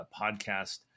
podcast